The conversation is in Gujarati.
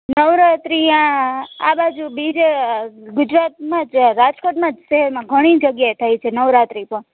નવરાત્રી આ આજુ બીજે ગુજરાતમાં જ રાજકોટમાં જ છે એમ ઘણી જગ્યાએ થાય છે નવરાત્રી તો